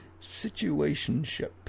Situationship